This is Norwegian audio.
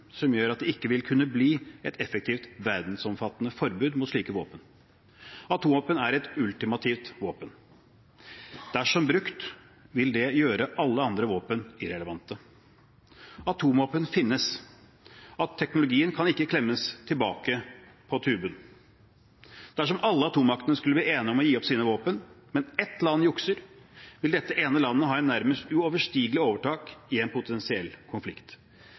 som gjør at det ikke vil kunne bli et effektivt verdensomfattende forbud mot slike våpen. Atomvåpen er et ultimativt våpen. Dersom brukt vil det gjøre alle andre våpen irrelevante. Atomvåpen finnes, og teknologien kan ikke klemmes tilbake på tuben. Dersom alle atommaktene skulle bli enige om å gi opp sine våpen, men ett land jukser, vil dette ene landet ha et nærmest uoverstigelig overtak i en potensiell konflikt.